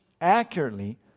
accurately